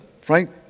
Frank